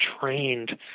trained